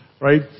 Right